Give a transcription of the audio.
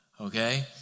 okay